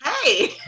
Hey